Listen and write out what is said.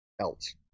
else